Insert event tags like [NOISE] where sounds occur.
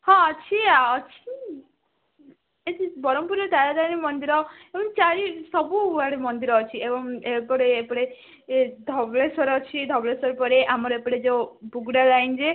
ହଁ ଅଛି ଅଛି [UNINTELLIGIBLE] ବ୍ରହ୍ମପୁରରେରେ ତାରାତାରିଣୀ ମନ୍ଦିର ଚାରି ସବୁଆଡ଼େ ମନ୍ଦିର ଅଛି ଏବଂ ଏପଟେ ଏପଟେ ଧବଳେଶ୍ୱର ଅଛି ଧବଳେଶ୍ୱର ପରେ ଆମର ଏପଟେ ଯୋଉ ବୁଗୁଡ଼ା ଲାଇନ୍ରେ